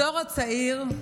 הדור הצעיר,